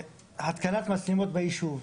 התקנת מצלמות בישוב.